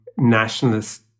nationalist